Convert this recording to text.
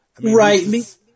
right